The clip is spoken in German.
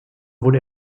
wurde